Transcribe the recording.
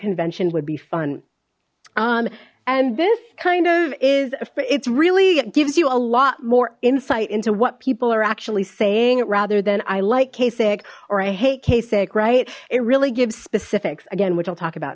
convention would be fun and this kind of is it's really gives you a lot more insight into what people are actually saying rather than i like kasich or i hate kasich right it really gives specifics again which i'll talk about